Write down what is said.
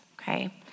okay